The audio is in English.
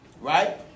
right